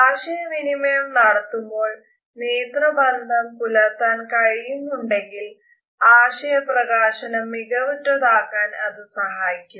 ആശയവിനിമയം നടത്തുമ്പോൾ നേത്രബന്ധം പുലർത്താൻ കഴിയുന്നുണ്ടെങ്കിൽ ആശയ പ്രകാശനം മികവുറ്റതാക്കാൻ അത് സഹായിക്കും